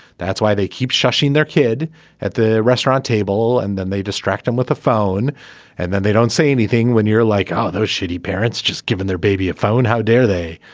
that's why they keep shushing their kid at the restaurant table and then they distract them with a phone and then they don't say anything when you're like oh those shitty parents just given their baby a phone. how dare they.